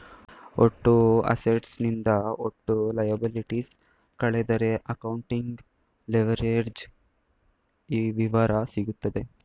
ಒಟ್ಟು ಅಸೆಟ್ಸ್ ನಿಂದ ಒಟ್ಟು ಲಯಬಲಿಟೀಸ್ ಕಳೆದರೆ ಅಕೌಂಟಿಂಗ್ ಲಿವರೇಜ್ಡ್ ವಿವರ ಸಿಗುತ್ತದೆ